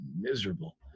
miserable